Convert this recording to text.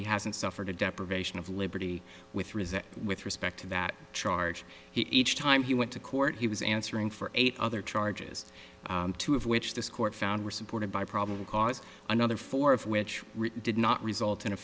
he hasn't suffered a deprivation of liberty with reason with respect to that charge he each time he went to court he was answering for eight other charges two of which this court found were supported by probable cause another four of which route did not result in a